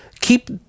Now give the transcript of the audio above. keep